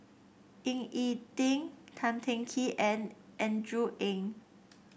Ying E Ding Tan Teng Kee and Andrew Ang